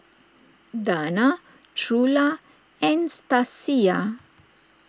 Dana Trula and Stasia